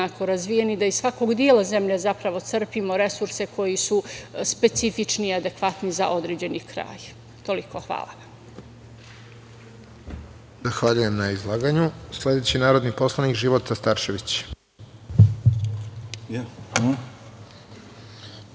da iz svakog dela zemlja zapravo crpimo resurse koji su specifični, adekvatni za određeni kraj. Toliko. Hvala. **Radovan Tvrdišić** Zahvaljujem na izlaganju. Sledeći je narodni poslanik Života Starčević.